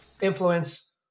influence